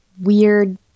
weird